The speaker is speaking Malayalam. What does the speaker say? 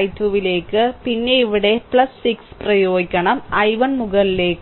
I2 ലേക്ക് പിന്നെ ഇവിടെ 6 പ്രയോഗിക്കണം I1 മുകളിലേക്ക്